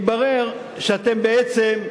מתברר שאתם בעצם,